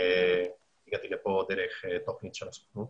הגעתי לכאן באמצעות תוכנית של הסוכנות.